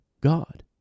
God